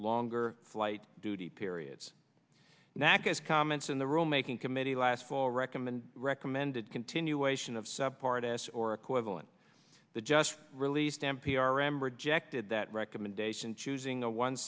longer flight duty periods nachas comments in the rule making committee last fall recommend recommended continuation of sub artists or equivalent the just released n p r m rejected that recommendation choosing a one